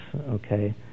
okay